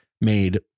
made